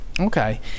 Okay